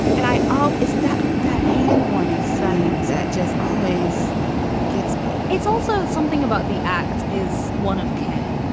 and i oh is that that hand warming stands that just always gets me it's also something about the act is one of care.